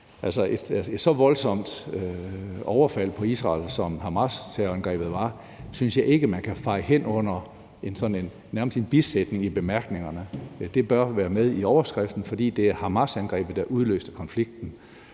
et så voldsomt overfald på Israel, som hamasterrorangrebet var, synes jeg ikke man kan feje hen under sådan en nærmest bisætning i bemærkningerne. Det bør være med i overskriften, fordi det var hamasangrebet, der udløste konflikten.